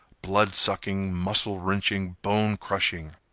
blood-sucking, muscle-wrenching, bone-crushing.